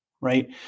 right